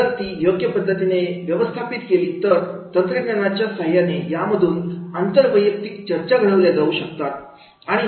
जर ती योग्य पद्धतीने व्यवस्थापित केली तर तंत्रज्ञानाच्या सहयोगाने यामधून आंतरवैयक्तिक चर्चा घडवल्या जाऊ शकतात